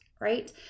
right